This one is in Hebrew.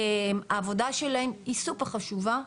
העבודה שלהם היא סופר חשובה,